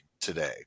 today